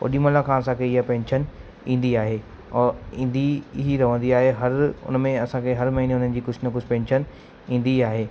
ओॾीमहिल खां असांखे ईअं पैंशन ईंदी आहे और ईंदी ई रहंदी आहे हर उन में असांखे हर महीने में हुन जी कुझु न कुझु पैंशन ईंदी आहे